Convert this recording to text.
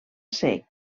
ser